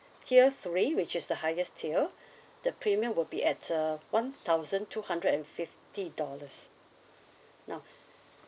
tier three which is the highest tier the premium will be at uh one thousand two hundred and fifty dollars now